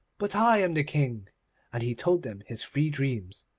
but i am the king and he told them his three dreams.